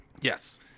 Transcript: Yes